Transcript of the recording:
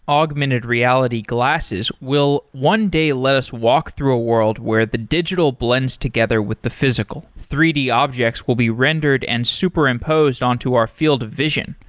augmented reality glasses will one day let us walk through a world where the digital blends together with the physical. three d objects will be rendered and superimposed on to our field of vision,